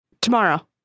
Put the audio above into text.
Tomorrow